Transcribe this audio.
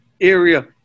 area